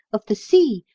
of the sea,